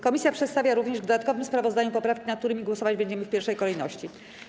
Komisja przedstawia również w dodatkowym sprawozdaniu poprawki, nad którymi głosować będziemy w pierwszej kolejności.